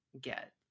get